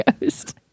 ghost